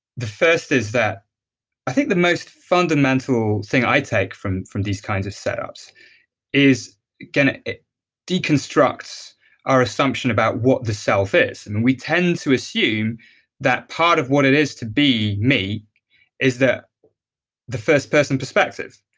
the first is that i think the most fundamental thing i take from from these kinds of setups is can it going to deconstruct our assumption about what the self is? and we tend to assume that part of what it is to be me is the the first person perspective.